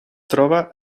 troba